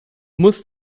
muss